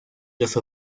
los